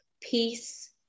peace